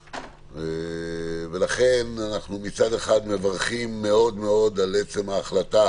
אנחנו מברכים מאוד על עצם ההחלטה